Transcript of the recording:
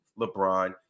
LeBron